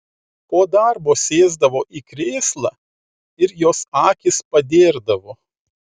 po darbo sėsdavo į krėslą ir jos akys padėrdavo